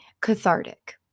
cathartic